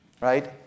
Right